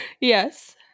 Yes